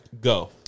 Go